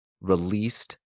released